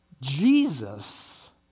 Jesus